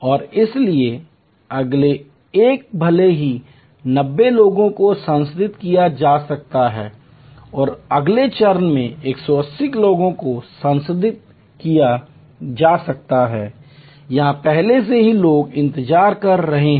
और इसलिए अगले एक भले ही 90 लोगों को संसाधित किया जा सकता है और अगले चरण में 180 लोगों को संसाधित किया जा सकता है यहां पहले से ही लोग इंतजार कर रहे हैं